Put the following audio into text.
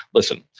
listen,